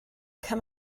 come